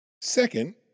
Second